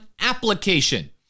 application